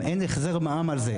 אין החזר מע"מ על זה.